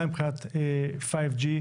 גם מבחינת 5G,